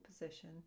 position